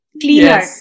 cleaner